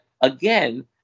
again